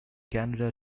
canada